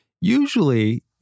usually